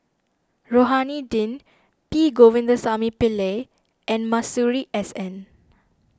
Rohani Din P Govindasamy Pillai and Masuri S N